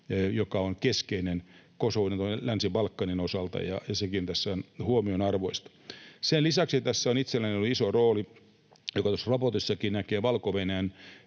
joka on keskeinen Kosovon ja Länsi-Balkanin osalta, ja sekin tässä on huomionarvoista. Sen lisäksi tässä on itselläni ollut iso rooli, mikä tuossa raportissakin näkyy, Valko-Venäjän